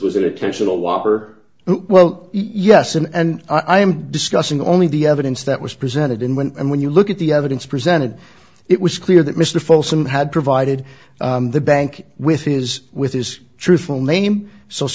was an occasional whopper well yes and i am discussing only the evidence that was presented in when and when you look at the evidence presented it was clear that mr folsom had provided the bank with his with his truthful name so